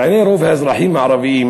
בעיני רוב האזרחים הערבים